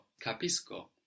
Capisco